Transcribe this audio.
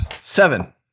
Seven